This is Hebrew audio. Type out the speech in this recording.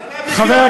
חבר,